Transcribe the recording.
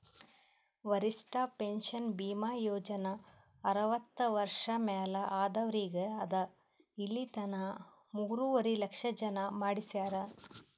ವರಿಷ್ಠ ಪೆನ್ಷನ್ ಭೀಮಾ ಯೋಜನಾ ಅರ್ವತ್ತ ವರ್ಷ ಮ್ಯಾಲ ಆದವ್ರಿಗ್ ಅದಾ ಇಲಿತನ ಮೂರುವರಿ ಲಕ್ಷ ಜನ ಮಾಡಿಸ್ಯಾರ್